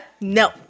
No